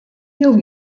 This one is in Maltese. jew